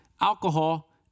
Alcohol